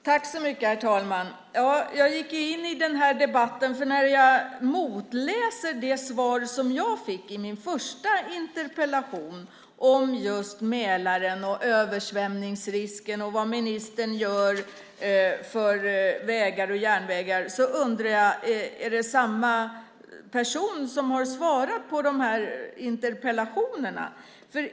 Herr talman! Jag gick in i den här debatten, för när jag motläser det svar jag fick i min första interpellation om just Mälaren och översvämningsrisken och vad ministern gör för vägar och järnvägar undrar jag: Är det samma person som har svarat på de här interpellationerna?